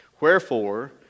Wherefore